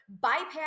bypass